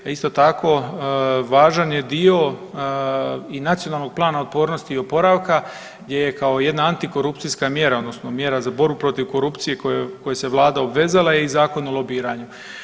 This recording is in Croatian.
Isto tako, važan je dio i Nacionalnog plana otpornosti i oporavka, gdje je kao jedna antikorupcijska mjera odnosno mjera za borbu protiv korupcije koju se Vlada obvezala je i zakon o lobiranju.